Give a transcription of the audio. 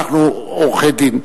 אנחנו עורכי-דין.